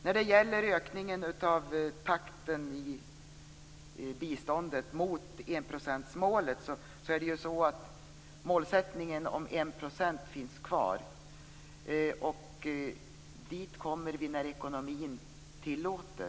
När det gäller takten på ökningen av biståndet, mot enprocentsmålet, vill jag säga att målsättningen finns kvar. Dit kommer vi när ekonomin tillåter.